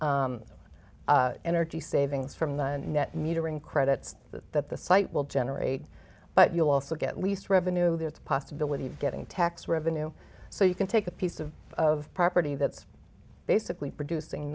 energy savings from the net metering credits that the site will generate but you'll also get least revenue there's a possibility of getting tax revenue so you can take a piece of of property that's basically producing